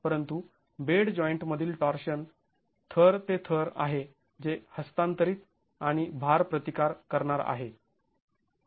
परंतु bed joint मधील torsion तर ते थर आहे जे हस्तांतरित आणि भार प्रतिकार करणार आहे